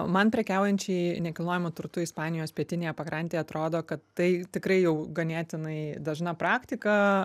man prekiaujančiai nekilnojamu turtu ispanijos pietinėje pakrantėje atrodo kad tai tikrai jau ganėtinai dažna praktika